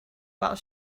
while